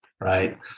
right